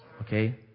okay